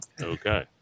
Okay